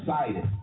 excited